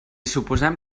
suposem